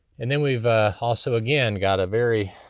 and then, we've ah also again, got a very,